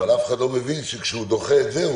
אף אחד לא מבין שכאשר הוא דוחה את זה,